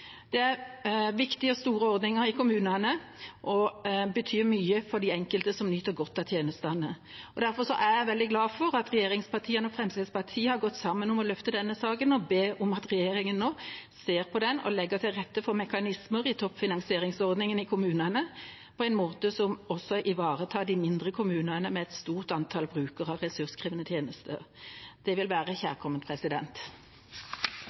Det er viktige og store ordninger i kommunene, og de betyr mye for den enkelte som nyter godt av tjenestene. Derfor er jeg veldig glad for at regjeringspartiene og Fremskrittspartiet har gått sammen om å løfte denne saken og be om at regjeringa nå ser på den og legger til rette for mekanismer i toppfinansieringsordningen i kommunene, på en måte som også ivaretar de mindre kommunene med et stort antall brukere av ressurskrevende tjenester. Det vil være